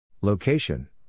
Location